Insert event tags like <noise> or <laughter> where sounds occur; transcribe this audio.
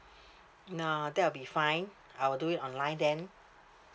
<breath> no that will be fine I will do it online then